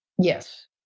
Yes